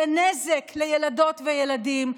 זה נזק לילדות וילדים,